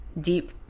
deep